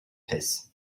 hesse